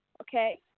okay